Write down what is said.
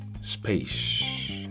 space